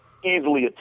easily